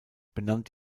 benannt